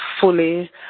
fully